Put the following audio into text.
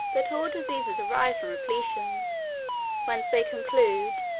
that all diseases arise from repletion whence they conclude,